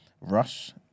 Rush